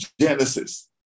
Genesis